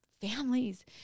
families